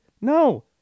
No